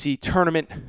tournament